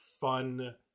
fun